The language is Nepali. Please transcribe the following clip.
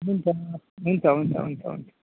हुन्छ हुन्छ हुन्छ हुन्छ हुन्छ